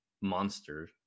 monster